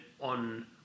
on